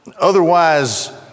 otherwise